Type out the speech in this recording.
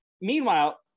meanwhile